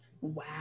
wow